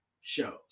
shows